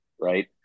right